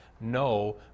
no